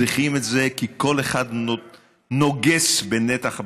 צריכים את זה כי כל אחד נוגס בנתח הבשר.